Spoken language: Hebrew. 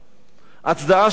הצדעה שנייה,